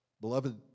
Beloved